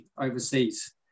overseas